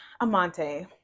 Amante